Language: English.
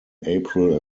april